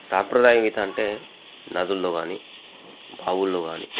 సాంప్రదాయం ఈత అంటే నదుల్లో కానీ బావుల్లో కానీ